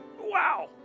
wow